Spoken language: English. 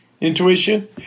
intuition